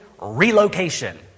relocation